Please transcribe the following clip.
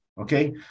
okay